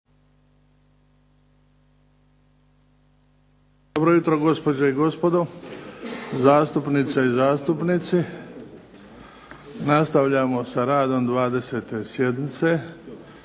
Dobro jutro gospođe i gospodo, zastupnice i zastupnici. Nastavljamo sa radom 20. sjednice